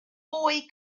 boy